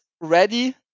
ready